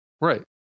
Right